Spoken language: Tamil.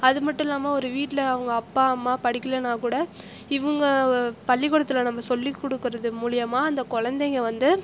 அது மட்டும் இல்லாமல் ஒரு வீட்டில் அவங்க அப்பா அம்மா படிக்கலைன்னாக்கூட இவங்க பள்ளிக்கூடத்தில் நம்ம சொல்லிக்குடுக்கறது மூலயமா இந்த குழந்தைங்கள் வந்து